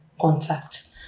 contact